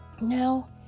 Now